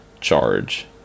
charge